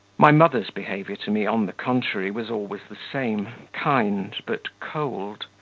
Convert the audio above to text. my mother's behaviour to me, on the contrary, was always the same, kind, but cold.